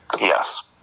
Yes